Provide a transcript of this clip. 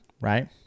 right